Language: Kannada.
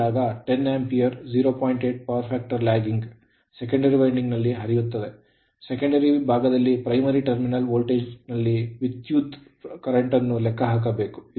8 power factor lagging secondary winding ನಲ್ಲಿ ಹರಿಯುತ್ತದೆ secondary ಭಾಗದಲ್ಲಿ primary ಟರ್ಮಿನಲ್ ವೋಲ್ಟೇಜ್ ನಲ್ಲಿ ವಿದ್ಯುತ್ ಪ್ರವಾಹವನ್ನು ಲೆಕ್ಕ ಹಾಕಬೇಕು